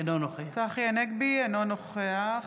אינו נוכח